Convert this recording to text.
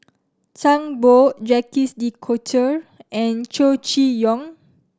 Zhang Bohe Jacques De Coutre and Chow Chee Yong